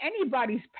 anybody's